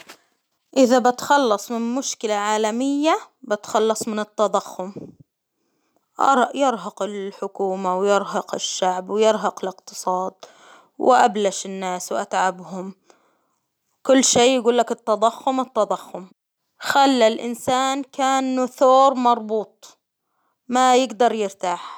إذا بتخلص من مشكلة عالمية، بتخلص من التضخم، يرهق الحكومة ويرهق الشعب ويرهق الإقتصاد، وأبلش الناس وأتعبهم، كل شي يقول لك التضخم التضخم، خلى الإنسان كأنه ثور مربوط ما يقدر يرتاح.